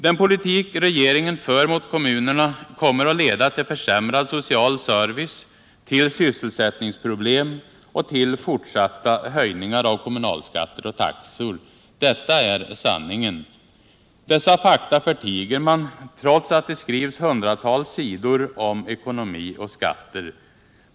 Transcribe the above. Den politik regeringen för mot kommunerna kommer att leda till försämrad social service, till sysselsättningsproblem och till fortsatta höjningar av kommunalskatter och taxor. Detta är sanningen. Dessa fakta förtiger man trots att det skrivs hundratals sidor om ekonomi och skatter.